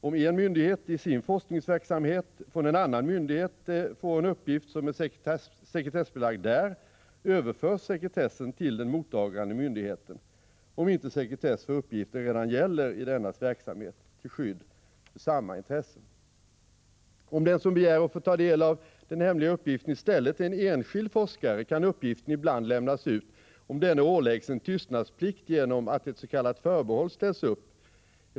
Om en myndighet i sin forskningsverksamhet från en annan myndighet får en uppgift som är sekretessbelagd där, överförs sekretessen till den mottagande myndigheten om inte sekretess för uppgiften redan gäller i dennas verksamhet till skydd för samma intresse . Om den som begär att få ta del av den hemliga uppgiften i stället är en enskild forskare, kan uppgiften ibland lämnas ut, om denne åläggs en tystnadsplikt genom att ett s.k. förbehåll ställs upp .